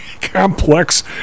complex